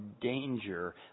danger